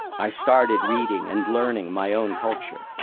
i started reading and learning my own culture.